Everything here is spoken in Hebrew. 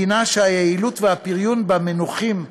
מדינה שהיעילות והפריון בה נמוכים,